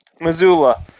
Missoula